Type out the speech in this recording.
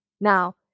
Now